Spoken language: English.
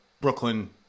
Brooklyn